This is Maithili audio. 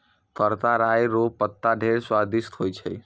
करका राय रो पत्ता ढेर स्वादिस्ट होय छै